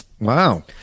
Wow